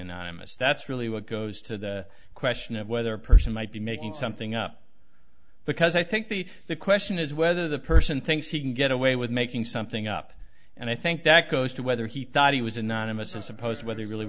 anonymous that's really what goes to the question of whether a person might be making something up because i think the the question is whether the person thinks he can get away with making something up and i think that goes to whether he thought he was anonymous and supposed whether he really